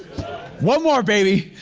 one more, baby.